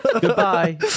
Goodbye